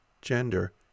gender